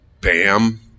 bam